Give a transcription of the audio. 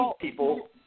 people